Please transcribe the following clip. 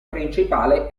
principale